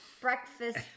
Breakfast